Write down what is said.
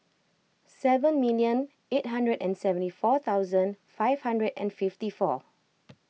seven million eight hundred and seventy four thousand five hundred and fifty four